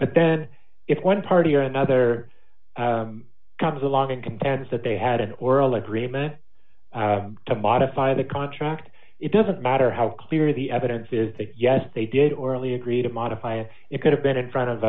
but then if one party or another comes along and contends that they had an oral agreement i have to modify the contract it doesn't matter how clear the evidence is that yes they did orally agree to modify it could have been in front of